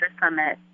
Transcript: Summit